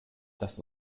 dass